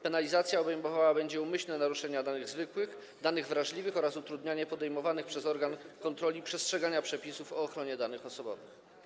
Penalizacja będzie obejmowała umyślne naruszenia danych zwykłych, danych wrażliwych oraz utrudnianie podejmowanych przez organ kontroli przestrzegania przepisów o ochronie danych osobowych.